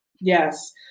Yes